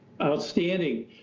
Outstanding